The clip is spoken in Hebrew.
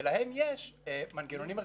ולהם יש מנגנונים מרכזיים,